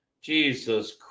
Jesus